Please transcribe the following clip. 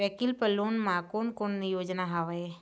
वैकल्पिक लोन मा कोन कोन योजना हवए?